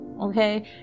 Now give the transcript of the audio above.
okay